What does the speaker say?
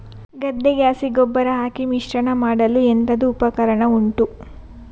ಗದ್ದೆಗೆ ಹಸಿ ಗೊಬ್ಬರ ಹಾಕಿ ಮಿಶ್ರಣ ಮಾಡಲು ಎಂತದು ಉಪಕರಣ ಉಂಟು?